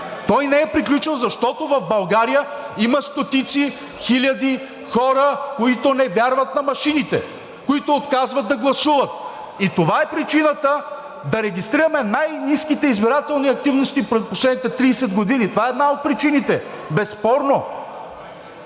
Той не е приключил, защото в България има стотици, хиляди хора, които не вярват на машините, които отказват да гласуват, и това е причината да регистрираме най-ниските избирателни активности през последните 30 години. Това е една от причините – безспорно!